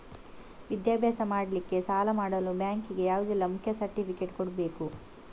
ವಿದ್ಯಾಭ್ಯಾಸ ಮಾಡ್ಲಿಕ್ಕೆ ಸಾಲ ಮಾಡಲು ಬ್ಯಾಂಕ್ ಗೆ ಯಾವುದೆಲ್ಲ ಮುಖ್ಯ ಸರ್ಟಿಫಿಕೇಟ್ ಕೊಡ್ಬೇಕು?